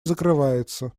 закрывается